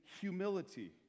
humility